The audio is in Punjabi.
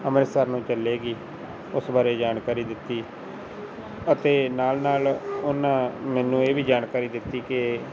ਅੰਮ੍ਰਿਤਸਰ ਨੂੰ ਚੱਲੇਗੀ ਉਸ ਬਾਰੇ ਜਾਣਕਾਰੀ ਦਿੱਤੀ ਅਤੇ ਨਾਲ ਨਾਲ ਉਹਨਾਂ ਮੈਨੂੰ ਇਹ ਵੀ ਜਾਣਕਾਰੀ ਦਿੱਤੀ ਕਿ